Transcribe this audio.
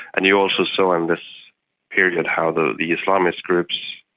and you also saw in this period how the the islamist groups,